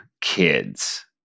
kids